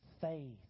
faith